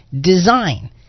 design